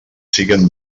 siguen